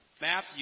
Matthew